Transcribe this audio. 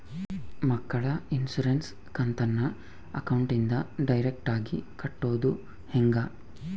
ಮಕ್ಕಳ ಇನ್ಸುರೆನ್ಸ್ ಕಂತನ್ನ ಅಕೌಂಟಿಂದ ಡೈರೆಕ್ಟಾಗಿ ಕಟ್ಟೋದು ಹೆಂಗ?